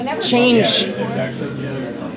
change